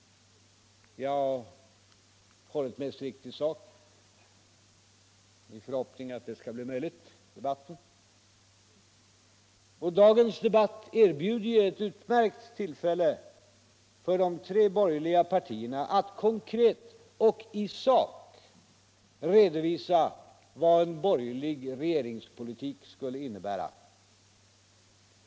Jag har hållit mig strikt till sak i förhoppning att detta skall bli möjligt i den fortsatta debatten. Och dagens debatt erbjuder ju ett utmärkt tillfälle för de tre borgerliga partierna att konkret och i sak redovisa vad en borgerlig regeringspolitik skulle innebära.